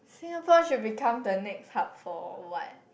Singapore should become the next hub for what